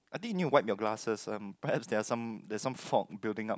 I think you need to wipe your glasses um perhaps there are some there's some fog building up